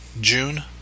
June